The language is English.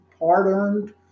hard-earned